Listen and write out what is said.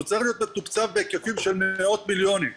הוא צריך להיות מתוקצב בהיקפים של מאות מיליונים,